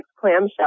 clamshell